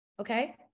okay